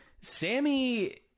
Sammy